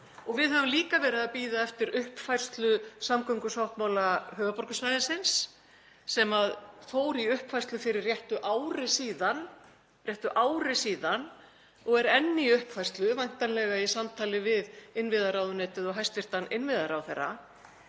Og við höfum líka verið að bíða eftir uppfærslu samgöngusáttmála höfuðborgarsvæðisins sem fór í uppfærslu fyrir réttu ári síðan og er enn í uppfærslu, væntanlega í samtali við innviðaráðuneytið og hæstv. innviðaráðherra.